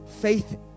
faith